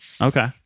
Okay